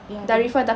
ya the